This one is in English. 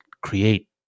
create